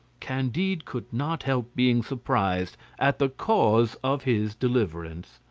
candide could not help being surprised at the cause of his deliverance.